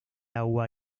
agua